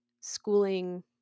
schooling